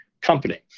company